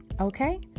okay